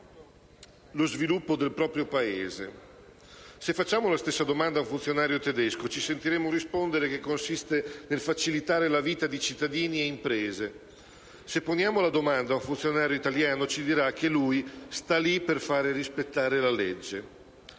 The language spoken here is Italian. lo sviluppo del proprio Paese. Se rivolgiamo la stessa domanda ad un funzionario tedesco, ci sentiremo rispondere che consiste nel facilitare la vita di cittadini e imprese. Se poniamo la domanda ad un funzionario italiano, ci dirà che lui sta lì per far rispettare la legge.